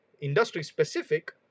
industry-specific